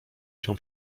się